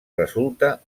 resulta